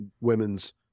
women's